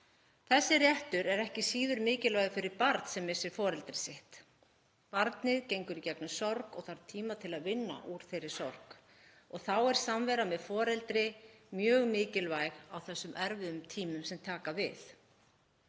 Þessi réttur er ekki síður mikilvægur fyrir barn sem missir foreldri sitt. Barnið gengur í gegnum sorg og þarf tíma til að vinna úr þeirri sorg. Þá er samvera með foreldri mjög mikilvæg á þessum erfiðu tímum sem taka við.